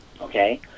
okay